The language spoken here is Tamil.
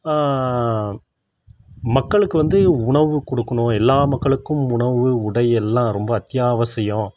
மக்களுக்கு வந்து உணவு கொடுக்குணும் எல்லா மக்களுக்கும் உணவு உடை எல்லாம் ரொம்ப அத்தியாவசியம்